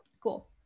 Cool